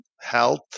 health